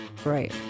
Right